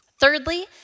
Thirdly